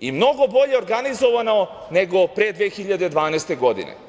i mnogo bolje organizovano nego pre 2012. godine.